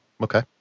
Okay